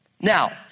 Now